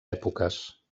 èpoques